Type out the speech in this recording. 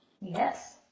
Yes